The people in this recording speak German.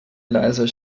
leiser